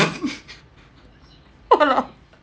!walao!